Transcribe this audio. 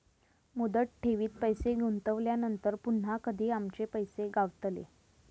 मुदत ठेवीत पैसे गुंतवल्यानंतर पुन्हा कधी आमचे पैसे गावतले?